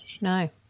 no